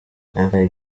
never